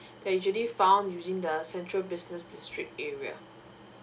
that usually found using the central business restrict area